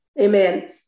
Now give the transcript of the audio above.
Amen